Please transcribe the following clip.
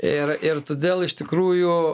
ir ir todėl iš tikrųjų